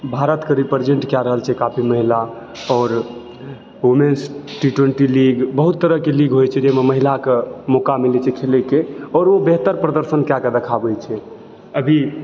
भारतके रिप्रजेंट कए रहल छै काफी महिला आओर वुमेन्स टी ट्वेंटी लीग बहुत तरहके लीग होइ छै जे जैमे महिलाके मौका मिलय छै खेलयके आओर उ बेहतर प्रदर्शन कए कऽ दखाबय छै अभी